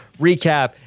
recap